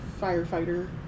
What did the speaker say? firefighter